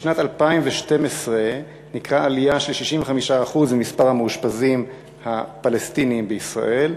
בשנת 2012 ניכרה עלייה של 65% במספר המאושפזים הפלסטינים בישראל.